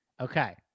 Okay